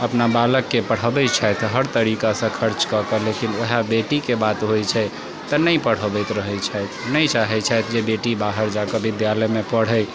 अपना बालकके पढ़बै छथि तरीकासँ खर्च कऽ कऽ लेकिन वएह बेटीके बात होइ छै तऽ नहि पढ़बैत रहै छथि नहि चाहै छथि जे बेटी बाहर जा कऽ विद्यालयमे पढ़ै